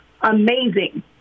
amazing